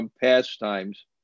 Pastimes